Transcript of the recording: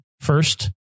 first